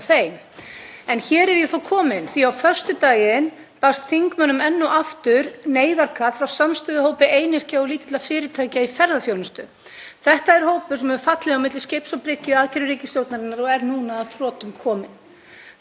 Þetta er hópur sem hefur fallið á milli skips og bryggju í aðgerðum ríkisstjórnarinnar og er nú að þrotum kominn. Þau áttu að geta sótt um viðspyrnustyrki um síðustu mánaðamót en enn bólar ekkert á þeim. Ég treysti því að Skatturinn og allir sem þetta snertir séu að gera sitt besta.